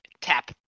tap